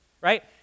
right